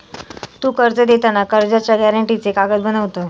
तु कर्ज देताना कर्जाच्या गॅरेंटीचे कागद बनवत?